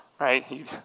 Right